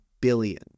billion